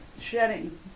Shedding